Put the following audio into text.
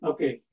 Okay